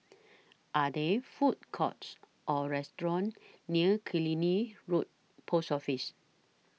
Are There Food Courts Or restaurants near Killiney Road Post Office